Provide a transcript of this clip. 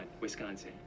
Wisconsin